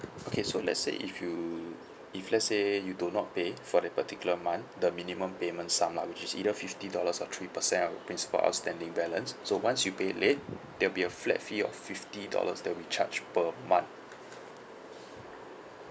okay so let's say if you if let's say you do not pay for that particular month the minimum payment sum lah which is either fifty dollars or three percent of your principal outstanding balance so once you pay late there will be a flat fee of fifty dollars that will be charged per month